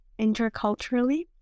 interculturally